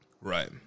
Right